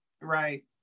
Right